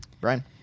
Brian